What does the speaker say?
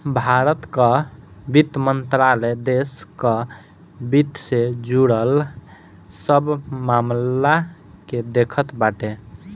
भारत कअ वित्त मंत्रालय देस कअ वित्त से जुड़ल सब मामल के देखत बाटे